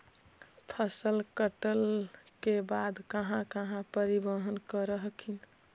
फसल कटल के बाद कहा कहा परिबहन कर हखिन?